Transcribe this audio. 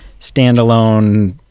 standalone